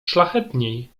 szlachetniej